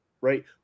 Right